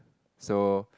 so